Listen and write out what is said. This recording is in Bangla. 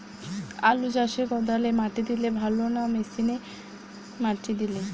আলু চাষে কদালে মাটি দিলে ভালো না মেশিনে মাটি দিলে?